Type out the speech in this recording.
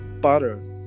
butter